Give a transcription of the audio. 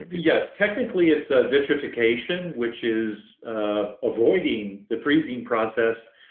yes. technically it's a vitrification, which is ah avoiding the freezing process,